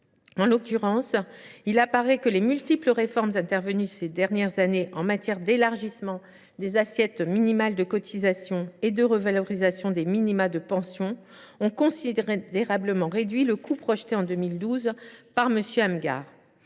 En l’occurrence, il apparaît que les multiples réformes intervenues ces dernières années en matière d’élargissement des assiettes minimales de cotisations et de revalorisation des minima de pension ont considérablement réduit le coût projeté, en 2012, par M. Amghar.